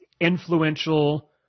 influential